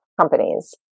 companies